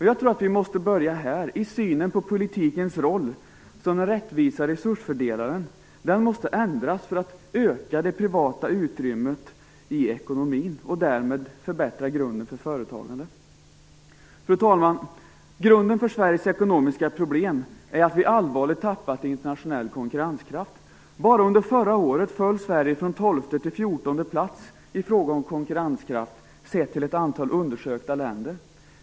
Jag tror att vi måste börja här - i synen på politikens roll som den rättvisa resursfördelaren. Den måste ändras för att vi skall kunna öka det privata utrymmet i ekonomin och därmed förbättra grunden för företagandet. Fru talman! Grunden för Sveriges ekonomiska problem är att vi allvarligt tappat i internationell konkurrenskraft. Bara under förra året föll Sverige från tolfte till fjortonde plats i fråga om konkurrenskraft, sett till ett antal undersökta länder.